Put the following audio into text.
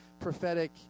prophetic